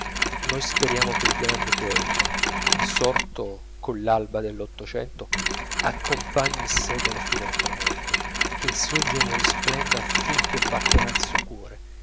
noi speriamo che il grande poeta sorto coll'alba dell'ottocento accompagni il secolo fino al tramonto che il suo genio risplenda fin che batterà il suo cuore